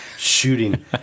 Shooting